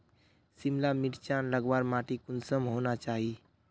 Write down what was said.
सिमला मिर्चान लगवार माटी कुंसम होना चही?